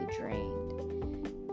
drained